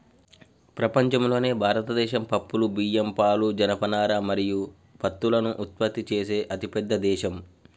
ప్రపంచంలోనే భారతదేశం పప్పులు, బియ్యం, పాలు, జనపనార మరియు పత్తులను ఉత్పత్తి చేసే అతిపెద్ద దేశం